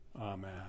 Amen